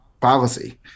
policy